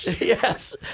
Yes